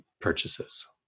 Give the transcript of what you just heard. purchases